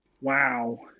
Wow